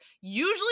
Usually